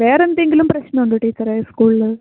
വേറെന്തെകിലും പ്രശ്നമുണ്ടോ ടീച്ചറേ സ്കൂളിൽ